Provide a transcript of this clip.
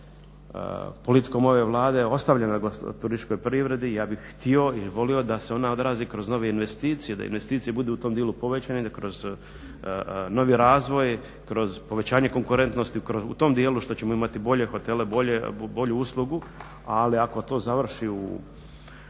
politikom ove Vlade ostavljena turističkoj privredi ja bih htio i voli da se ona odrazi kroz nove investicije, da investicije budu u tom dijelu povećane, da kroz novi razvoj, kroz povećanje konkurentnosti, u tom dijelu što ćemo imati bolje hotele, bolju uslugu. Ali ako to završi u